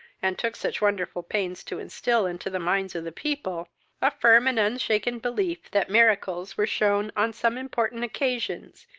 and took such wonderful pains to instill into the minds of the people a firm and unshaken belief that miracles were shewn on some important occasions,